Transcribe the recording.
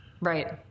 Right